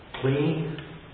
Clean